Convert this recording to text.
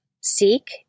seek